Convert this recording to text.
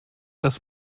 das